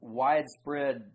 widespread